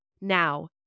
Now